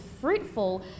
fruitful